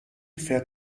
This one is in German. fährt